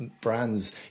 brands